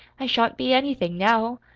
i shan't be anything, now.